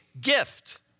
gift